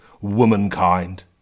womankind